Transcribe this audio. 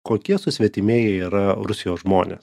kokie susvetimėję yra rusijos žmonės